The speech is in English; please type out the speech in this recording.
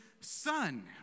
son